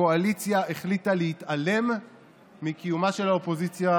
הקואליציה החליטה להתעלם מקיום האופוזיציה